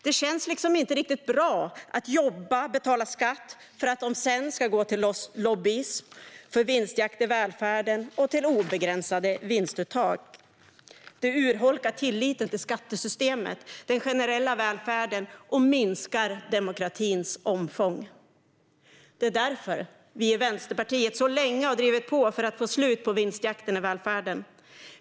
Det känns liksom inte riktigt bra att jobba och betala skatt för att pengarna sedan ska gå till lobbyism för vinstjakt i välfärden och till obegränsade vinstuttag. Detta urholkar tilliten till skattesystemet och den generella välfärden och minskar demokratins omfång. Det är därför vi i Vänsterpartiet så länge har drivit på för att få slut på vinstjakten i välfärden.